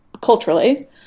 culturally